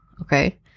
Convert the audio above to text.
okay